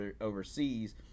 overseas